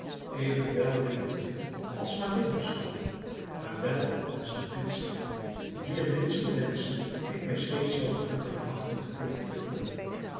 evenwel wil ik u niet als slavin beschouwen maar wel als gebiedster wier minste wenschen ik mij steeds zal gelukkig achten te kunnen vervullen